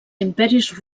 imperis